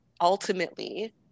ultimately